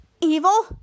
evil